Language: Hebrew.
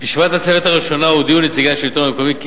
בישיבת הצוות הראשונה הודיעו נציגי השלטון המקומי כי